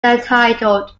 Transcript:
entitled